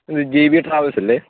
ഇത് G V ട്രാവല്സ്സല്ലേ